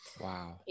Wow